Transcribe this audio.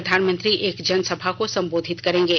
प्रधानमंत्री एक जनसभा को संबोधित करेंगे